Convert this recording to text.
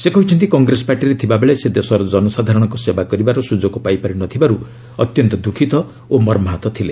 ସେ କହିଛନ୍ତି କଂଗ୍ରେସ ପାର୍ଟିରେ ଥିବାବେଳେ ସେ ଦେଶର ଜନସାଧାରଣଙ୍କ ସେବା କରିବାର ସୁଯୋଗ ପାଇପାରି ନ ଥିବାରୁ ଅତ୍ୟନ୍ତ ଦୂଃଖିତ ଓ ମର୍ମାହତ ଥିଲେ